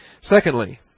Secondly